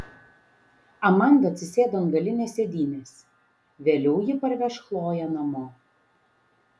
amanda atsisėdo ant galinės sėdynės vėliau ji parveš chloję namo